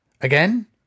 Again